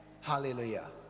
hallelujah